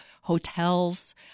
Hotels